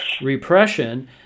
repression